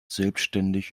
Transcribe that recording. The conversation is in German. selbständig